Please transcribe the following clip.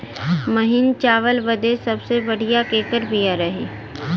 महीन चावल बदे सबसे बढ़िया केकर बिया रही?